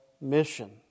mission